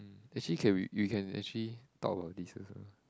um actually can we we can actually talk about this also